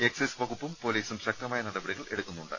excise വകുപ്പും പൊലീസും ശക്തമായ നടപടികൾ എടുക്കുന്നുണ്ട്